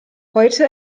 heute